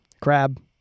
Crab